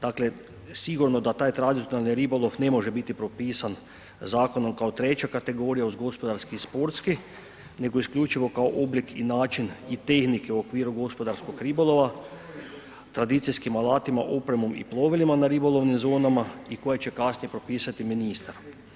Dakle, sigurno da taj tradicionalni ribolov ne može biti propisan zakonom kao treća kategorija uz gospodarski i sportski nego isključivo kao oblik i način i tehnike u okviru gospodarskog ribolova tradicijskim alatima, opremom i plovilima na ribolovnim zonama i koje će kasnije propisati ministar.